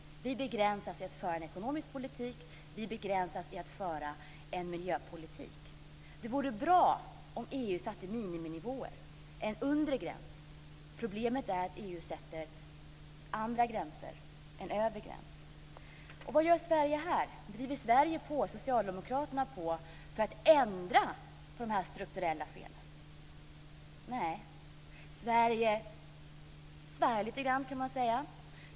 Vi begränsas i att föra en ekonomisk politik, och vi begränsas i att föra en miljöpolitik. Det vore bra om EU satte miniminivåer, en undre gräns. Problemet är att EU sätter andra gränser, en övre gräns. Vad gör Sverige här? Driver Sverige och Socialdemokraterna på för att ändra dessa strukturella fel? Nej, Sverige svär lite grann, kan man säga.